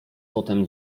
potem